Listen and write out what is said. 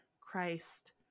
Christ